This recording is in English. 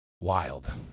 Wild